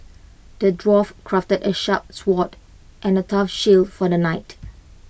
the dwarf crafted A sharp sword and A tough shield for the knight